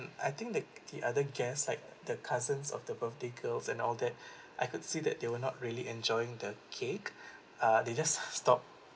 I think the the other guests like the cousins of the birthday girl's and all that I could see that they were not really enjoying the cake uh they just stop